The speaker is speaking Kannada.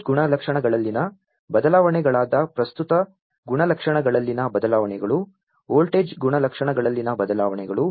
ವಿದ್ಯುತ್ ಗುಣಲಕ್ಷಣಗಳಲ್ಲಿನ ಬದಲಾವಣೆಗಳಾದ ಪ್ರಸ್ತುತ ಗುಣಲಕ್ಷಣಗಳಲ್ಲಿನ ಬದಲಾವಣೆಗಳು ವೋಲ್ಟೇಜ್ ಗುಣಲಕ್ಷಣಗಳಲ್ಲಿನ ಬದಲಾವಣೆಗಳು